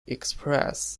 express